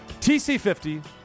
TC50